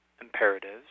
imperatives